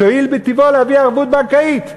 שיואיל בטובו להביא ערבות בנקאית.